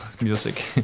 music